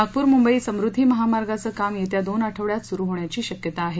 नागपूर मुंबई समृद्दी महामार्गाचं काम येत्या दोन आठवड्यात सुरू होण्याची शक्यता आहे